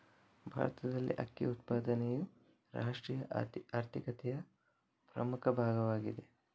ಭಾರತದಲ್ಲಿ ಅಕ್ಕಿ ಉತ್ಪಾದನೆಯು ರಾಷ್ಟ್ರೀಯ ಆರ್ಥಿಕತೆಯ ಪ್ರಮುಖ ಭಾಗವಾಗಿದೆ